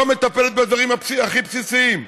לא מטפלת בדברים הכי בסיסיים,